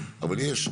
אבל יש,